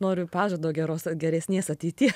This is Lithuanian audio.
noriu pažado geros geresnės ateities